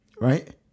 right